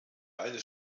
eine